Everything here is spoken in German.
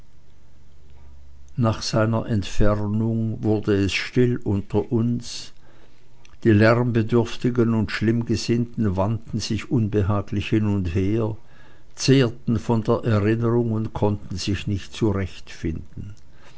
nach seiner entfernung wurde es still unter uns die lärmbedürftigen und schlimmgesinnten wandten sich unbehaglich hin und her zehrten von der erinnerung und konnten sich nicht zurechtfinden